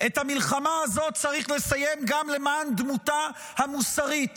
את המלחמה הזאת צריך לסיים גם למען דמותה המוסרית